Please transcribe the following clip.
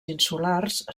insulars